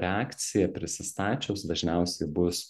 reakcija prisistačius dažniausiai bus